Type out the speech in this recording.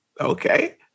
Okay